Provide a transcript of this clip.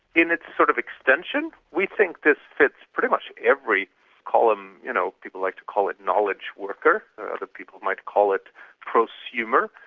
in its sort of extension, we think that this fits pretty much every column, you know, people like to call it knowledge worker, other people might call it prosumer.